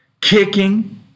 kicking